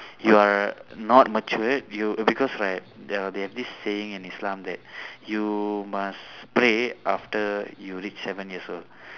you are not matured you because right uh they have this saying in islam that you must pray after you reach seven years old